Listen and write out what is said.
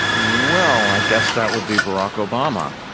well, i guess that would be barack obama.